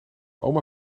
oma